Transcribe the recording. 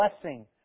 Blessing